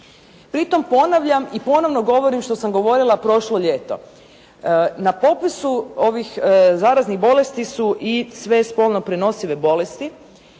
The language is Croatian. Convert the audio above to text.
Pri tome ponavljam i ponovno govorim što sam govorila prošlo ljeto. Na popisu ovih zaraznih bolesti su i sve spolno prenosive bolesti